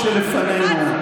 הרבה?